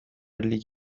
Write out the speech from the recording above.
لیگ